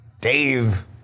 Dave